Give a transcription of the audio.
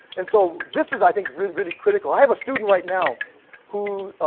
and so this is i think really really critical. i have a student right now who,